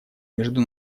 между